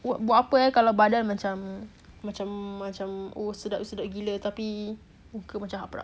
buat apa kalau badan macam sedap gila tapi muka macam haprak